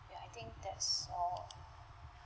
ya I think that's all